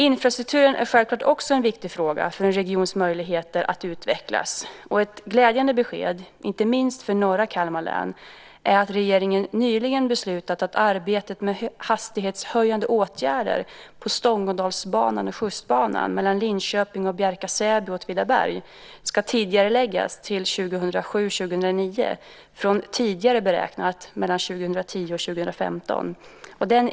Infrastrukturen är självklart en viktig fråga för en regions möjligheter att utvecklas. Ett glädjande besked, inte minst för norra Kalmar län, är att regeringen nyligen beslutat att arbetet med hastighetshöjande åtgärder på Stångådalsbanan/Tjustbanan, Linköping-Bjärka och Säby-Åtvidaberg, ska tidigareläggas till 2007-2009 från tidigare beräknat 2010-2015.